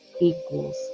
equals